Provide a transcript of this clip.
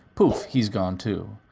poof, he's gone too.